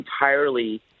entirely